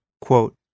Quote